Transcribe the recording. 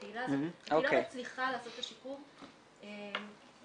הקהילה הזאת --- מצליחה לעשות את השיקום, צריך